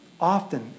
Often